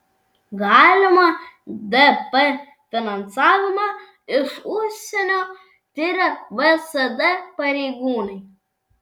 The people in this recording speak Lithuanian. galimą dp finansavimą iš užsienio tiria vsd pareigūnai